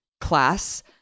class